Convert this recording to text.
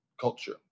culture